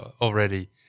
already